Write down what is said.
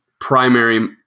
primary